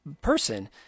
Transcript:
person